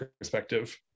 perspective